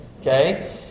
Okay